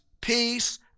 peace